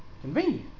convenient